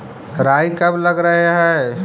राई कब लग रहे है?